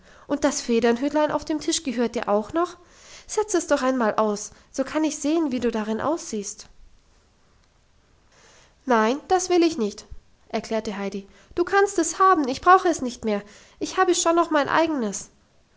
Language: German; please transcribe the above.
und das federnhütlein auf dem tisch gehört dir auch noch setz es doch einmal auf so kann ich sehen wie du drin aussiehst nein ich will nicht erklärte heidi du kannst es haben ich brauche es nicht mehr ich habe schon noch mein eigenes